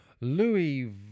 louis